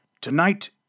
Tonight